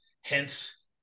hence